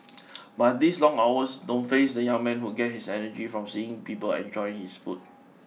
but these long hours don't faze the young man who get his energy from seeing people enjoying his food